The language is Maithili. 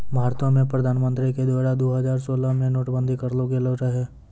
भारतो मे प्रधानमन्त्री के द्वारा दु हजार सोलह मे नोट बंदी करलो गेलो रहै